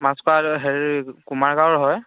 মাজখোৱাৰ কুমাৰ গাঁৱৰ হয়